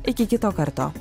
iki kito karto